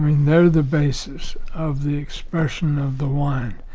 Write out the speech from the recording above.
you know the basis of the expression of the wine.